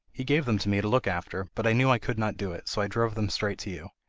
he gave them to me to look after, but i knew i could not do it, so i drove them straight to you.